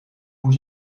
voor